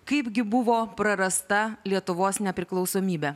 kaipgi buvo prarasta lietuvos nepriklausomybė